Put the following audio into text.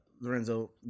Lorenzo